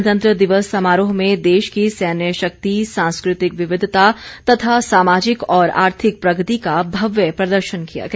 गणतंत्र दिवस समारोह में देश की सैन्य शक्ति सांस्कृतिक विविधता तथा सामाजिक और आर्थिक प्रगति का भव्य प्रदर्शन किया गया